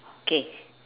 K